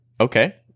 Okay